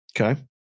Okay